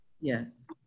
Yes